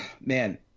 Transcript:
man